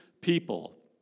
people